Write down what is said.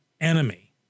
enemy